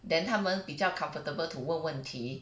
then 他们比较 comfortable to 问问题